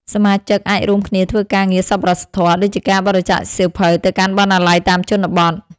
សមាជិកអាចរួមគ្នាធ្វើការងារសប្បុរសធម៌ ដូចជាការបរិច្ចាគសៀវភៅទៅកាន់បណ្ណាល័យតាមជនបទ។